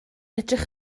edrych